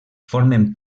formen